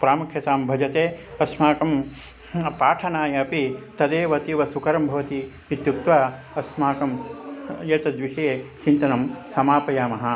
प्रामुख्यतां भजते अस्माकं पाठनाय अपि तदेव अतीव सुकरं भवति इत्युक्त्वा अस्माकम् एतद्विषये चिन्तनं समापयामः